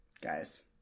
Guys